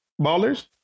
Ballers